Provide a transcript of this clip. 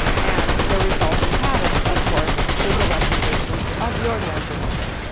and the resulting pattern of course is a replication of your measurements.